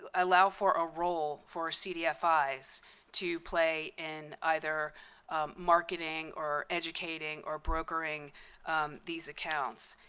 ah allow for a role for cdfis to play in either marketing, or educating, or brokering these accounts.